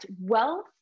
wealth